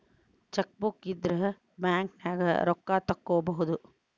chequebook ಇದ್ರ ಬ್ಯಾಂಕ್ನ್ಯಾಗ ರೊಕ್ಕಾ ತೊಕ್ಕೋಬಹುದು